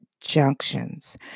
junctions